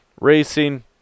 Racing